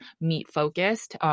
meat-focused